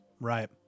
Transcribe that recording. right